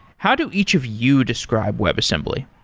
how do each of you describe webassembly?